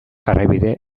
jarraibide